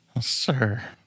Sir